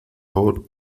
favor